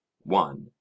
one